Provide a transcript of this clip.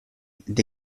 the